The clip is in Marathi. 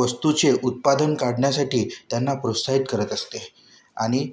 वस्तूचे उत्पादन काढण्यासाठी त्यांना प्रोत्साहित करत असते आणि